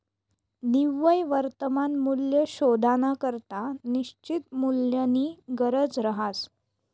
निव्वय वर्तमान मूल्य शोधानाकरता निश्चित मूल्यनी गरज रहास